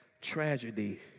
tragedy